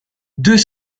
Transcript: deux